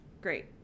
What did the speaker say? Great